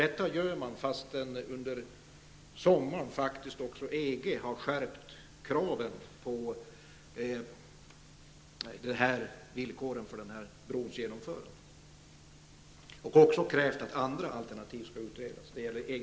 Detta gör man trots att EG under sommaren har skärpt kraven när det gäller villkoren för brons genomförande. Det har också krävts att andra alternativ skall utredas. Det gäller EG